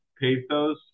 pathos